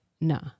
no